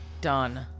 Done